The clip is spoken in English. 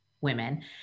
women